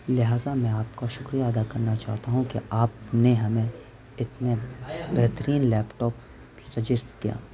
لہٰذا میں آپ کا شکریہ ادا کرنا چاہتا ہوں کہ آپ نے ہمیں اتنے بہترین لیپ ٹاپ سجیست کیا